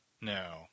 No